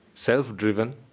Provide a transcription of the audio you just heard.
self-driven